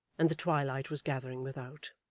and the twilight was gathering without.